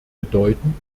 bedeuten